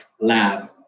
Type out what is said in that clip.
Lab